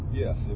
yes